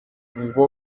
ngo